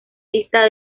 listas